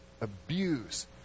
abuse